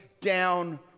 down